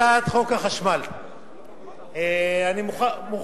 הצעת חוק החשמל (תיקון מס' 4). אני מוכרח